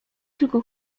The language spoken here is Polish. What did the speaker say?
tylko